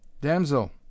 Damsel